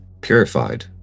purified